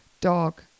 dog